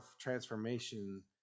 transformation